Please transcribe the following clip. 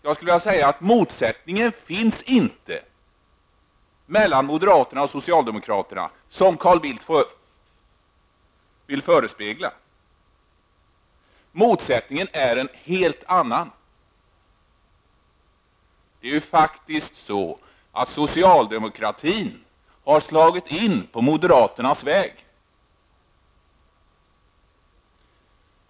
Jag skulle vilja säga att motsättningen inte finns mellan moderaterna och socialdemokraterna, som Carl Bildt vill förespegla. Det handlar om en helt annan motsättning. Det är faktiskt så, att socialdemokraterna har slagit in på moderaternas väg.